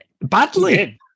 Badly